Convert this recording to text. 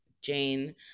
Jane